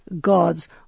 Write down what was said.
God's